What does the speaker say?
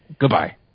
Goodbye